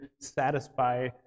satisfy